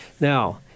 now